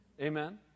amen